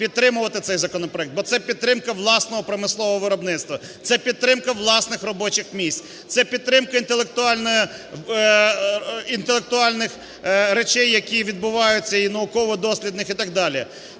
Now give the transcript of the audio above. підтримувати цей законопроект, бо це підтримка власного промислового виробництва, це підтримка власних робочих місць, це підтримка інтелектуальної... інтелектуальних речей, які відбуваються, і науково-дослідних, і так далі.